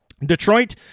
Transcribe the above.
Detroit